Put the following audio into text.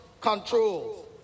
controls